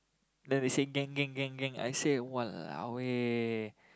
then they say gang gang gang gang I say !walao! eh